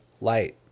light